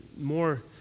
more